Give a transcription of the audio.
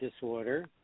disorder